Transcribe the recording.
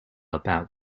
about